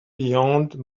beyond